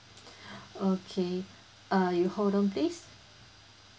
okay uh you hold on please